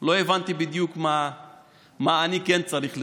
לא הבנתי בדיוק מה אני כן צריך לראות,